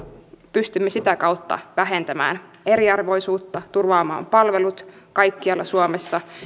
pystymme vähentämään eriarvoisuutta turvaamaan palvelut kaikkialla suomessa